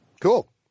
cool